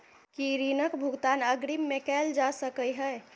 की ऋण कऽ भुगतान अग्रिम मे कैल जा सकै हय?